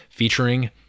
featuring